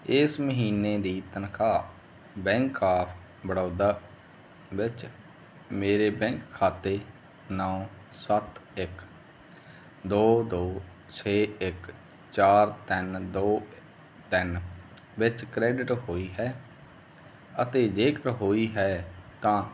ਇਸ ਮਹੀਨੇ ਦੀ ਤਨਖਾਹ ਬੈਂਕ ਆਫ ਬੜੌਦਾ ਵਿੱਚ ਮੇਰੇ ਬੈਂਕ ਖਾਤੇ ਨੌਂ ਸੱਤ ਇੱਕ ਦੋ ਦੋ ਛੇ ਇੱਕ ਚਾਰ ਤਿੰਨ ਦੋ ਤਿੰਨ ਵਿੱਚ ਕ੍ਰੇਡਿਟ ਹੋਈ ਹੈ ਅਤੇ ਜੇਕਰ ਹੋਈ ਹੈ ਤਾਂ